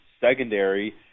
secondary